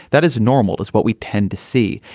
that is normal is what we tend to see.